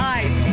ice